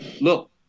look